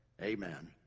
amen